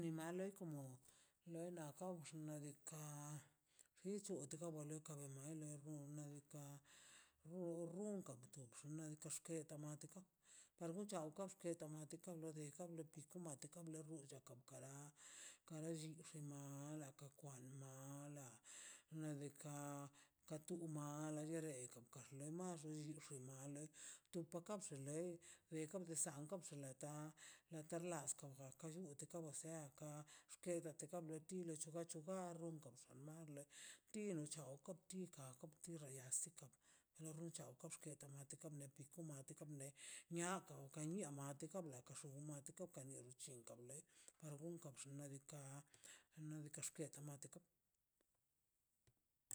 Xin la loi ka non tu na wa loi xna' diika' tu ba loi kabina ka ina non nadika on runka top xo tepxe namatiko par goncho na matiko de ka no ti komatiko na bxu che chekara kara xillen mara la ka kwan mala nadika katu mala xegan kaxu len max natuxi tu male tu kap xe le bekan to bsaken top xalantan na tarlaskon o kan llute kala seaka tuxkedate mlo lin ka gachu gachuga non len tino chao koptikan koptiraxashen ruchan lopxken tomatika topne matikan le niakon ka le niatiko le xumatiko le de do llinko le par gonka xinle diika' xna' diika' ne tomate